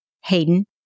Hayden